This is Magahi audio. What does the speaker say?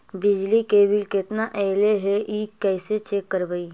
बिजली के बिल केतना ऐले हे इ कैसे चेक करबइ?